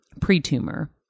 pre-tumor